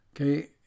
Okay